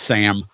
Sam